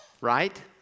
right